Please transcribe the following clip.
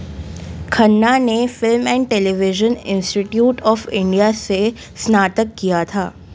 खन्ना ने film and television institute of India से स्नातक किया था